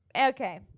okay